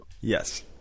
Yes